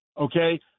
okay